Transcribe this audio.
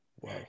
Wow